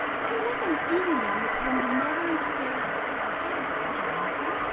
he was an indian from the modern state of virginia, allison,